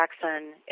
Jackson